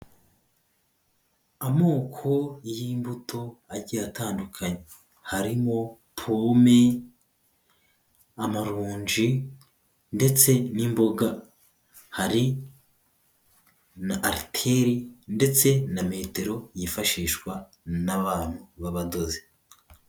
Amoko y'imbuto agiye atandukanye harimo pome, amaronji, ndetse n'imboga, hari na ariteri ndetse na metero yifashishwa n'abantu b'abadozi.